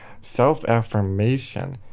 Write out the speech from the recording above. Self-affirmation